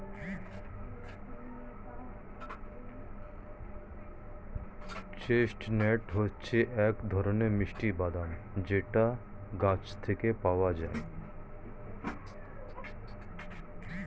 chestnut হচ্ছে এক ধরনের মিষ্টি বাদাম যেটা গাছ থেকে পাওয়া যায়